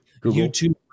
YouTube